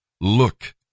Look